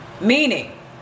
meaning